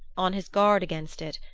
on his guard against it,